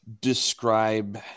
describe